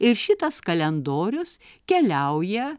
ir šitas kalendorius keliauja